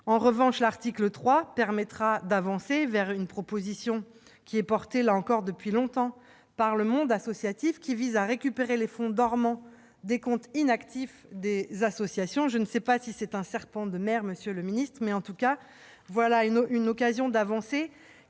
En revanche, l'article 3 permettra d'avancer vers une proposition portée, là encore, depuis longtemps par le monde associatif : récupérer les fonds dormants des comptes inactifs des associations. Je ne sais pas si c'est un « serpent de mer », monsieur le secrétaire d'État, mais voilà en tout cas une occasion à ne